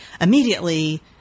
immediately